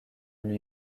lui